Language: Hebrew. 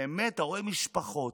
באמת, אתה רואה משפחות,